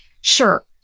sure